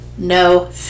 no